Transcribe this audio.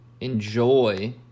enjoy